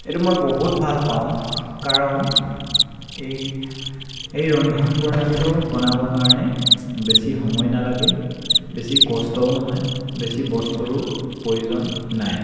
এইটো মই বহুত ভাল পাওঁ কাৰণ এই এই ৰন্ধন প্ৰণালীটো বনাবৰ কাৰণে বেছি সময় নালাগে বেছি কষ্টও নহয় বেছি বস্তুৰো প্ৰয়োজন নাই